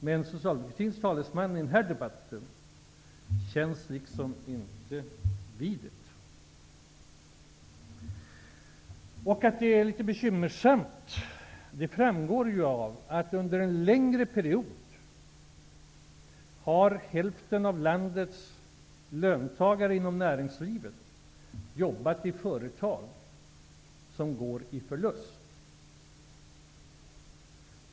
Men socialdemokratins talesman i denna debatt känns liksom inte vid detta. Det bekymmersamma framgår av att under en längre period har hälften av landets löntagare inom näringslivet jobbat i företag som går i förlust.